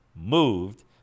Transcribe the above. moved